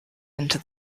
into